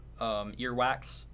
earwax